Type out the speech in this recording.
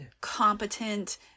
competent